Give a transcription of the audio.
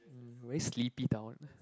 um very sleepy town